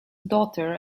daughter